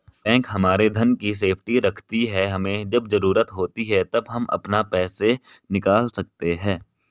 bank हमारे धन की सेफ्टी रखती है हमे जब जरूरत होती है तब हम अपना पैसे निकल सकते है